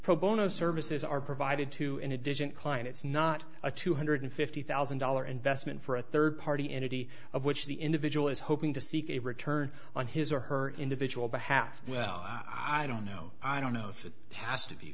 pro bono services are provided to in addition klein it's not a two hundred fifty thousand dollar investment for a third party entity of which the individual is hoping to seek a return on his or her individual behalf well i don't know i don't know if it has to be